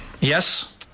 Yes